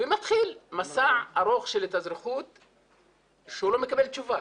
ומתחיל מסע ארוך של התאזרחות, שהוא לא מקבל תשובה.